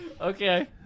Okay